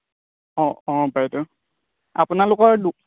অঁ অঁ বাইদেউ আপোনালোকৰ